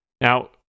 Now